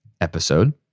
episode